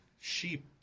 sheep